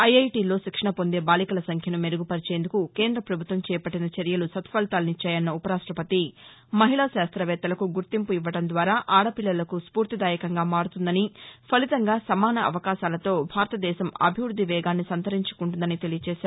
ఐఐటీల్లో శిక్షణ పొందే బాలికల సంఖ్యను మెరుగుపరిచేందుకు కేంద్ర ప్రభుత్వం చేపట్టిన చర్యలు సత్పలితాలు ఇచ్చాయన్న ఉపరాష్టపతి మహిళా శాస్త్రవేత్తలకు గుర్తింపు ఇవ్వడం ద్వారా ఆడపిల్లలకు స్పూర్తిదాయకంగా మారుతుందని ఫలితంగా సమాన అవకాశాలతో భారతదేశ అభివృద్ధి వేగాన్ని సంతరించుకుంటుందని తెలిపారు